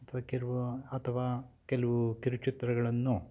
ಅದಕ್ಕಿರುವ ಅಥವಾ ಕೆಲವು ಕಿರುಚಿತ್ರಗಳನ್ನು